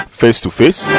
face-to-face